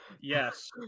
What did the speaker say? Yes